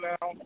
now